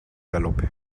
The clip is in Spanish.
galope